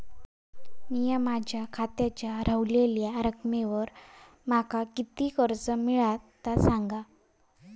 मी माझ्या खात्याच्या ऱ्हवलेल्या रकमेवर माका किती कर्ज मिळात ता सांगा?